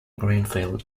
greenfield